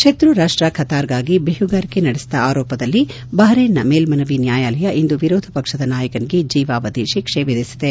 ಶತ್ರು ರಾಷ್ಷ ಕತಾರ್ಗಾಗಿ ಬೇಹುಗಾರಿಕೆ ನಡೆಸಿದ ಆರೋಪದಲ್ಲಿ ಬಹರೇನ್ನ ಮೇಲ್ತನವಿ ನ್ಲಾಯಾಲಯ ಇಂದು ವಿರೋಧ ಪಕ್ಷದ ನಾಯಕನಿಗೆ ಜೀವಾವಧಿ ಶಿಕ್ಷೆ ವಿಧಿಸಿದೆ